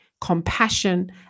compassion